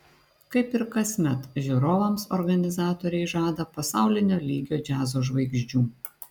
kaip ir kasmet žiūrovams organizatoriai žada pasaulinio lygio džiazo žvaigždžių